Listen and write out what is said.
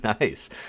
Nice